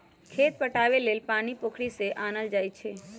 खेत पटाबे लेल पानी पोखरि से आनल जाई छै